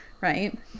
right